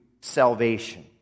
salvation